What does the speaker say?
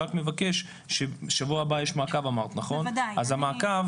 אמרת שיש מעקב בשבוע הבא, אני קורא